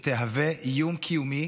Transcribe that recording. שתהווה איום קיומי